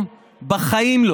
אבל ביבי.